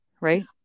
right